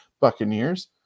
Buccaneers